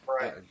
Right